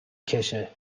کشهمگه